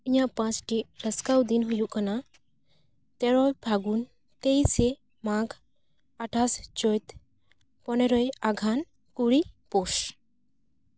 ᱤᱧᱟᱹᱜ ᱯᱟᱪᱴᱤ ᱨᱟᱹᱥᱠᱟᱹ ᱫᱤᱱ ᱦᱩᱭᱩᱜ ᱠᱟᱱᱟ ᱛᱮᱨᱳᱭ ᱯᱷᱟᱹᱜᱩᱱ ᱛᱮᱭᱤᱥᱮ ᱢᱟᱜᱽ ᱟᱴᱷᱟᱥ ᱪᱟᱹᱛ ᱯᱚᱱᱮᱨᱚᱭ ᱟᱜᱷᱟᱱ ᱠᱩᱲᱤ ᱯᱳᱥ